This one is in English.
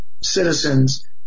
citizens